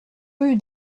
rue